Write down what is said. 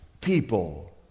people